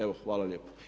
Evo, hvala lijepo.